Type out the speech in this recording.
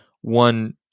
one